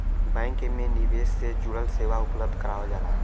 bank में निवेश से जुड़ल सेवा उपलब्ध करावल जाला